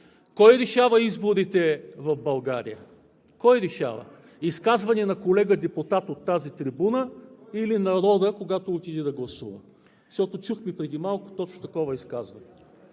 Кой решава изборите в България? Кой решава? Изказвания на колега депутат от тази трибуна или народът, когато отиде да гласува, защото преди малко чухме точно такова изказване.